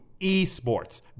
esports